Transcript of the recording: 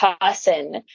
person